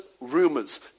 rumors